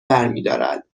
برمیدارد